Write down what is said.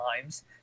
times